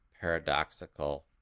paradoxical